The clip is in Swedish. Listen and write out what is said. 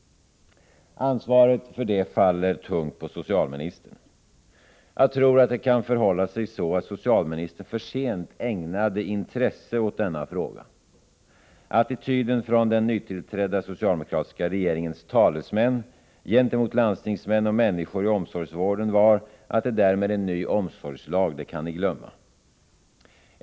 Ansvaret för det faller tungt på socialministern. Jag tror att det kan förhålla sig så, att socialministern för sent ägnade intresse åt denna fråga. Attityden från den nytillträdda socialdemokratiska regeringens talesmän gentemot landstingsmän och människor i omsorgsvården var, att det där med en ny omsorgslag kan ni glömma.